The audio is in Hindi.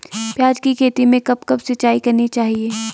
प्याज़ की खेती में कब कब सिंचाई करनी चाहिये?